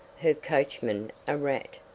her coachman a rat,